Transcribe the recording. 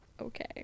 okay